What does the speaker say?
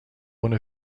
one